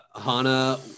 Hana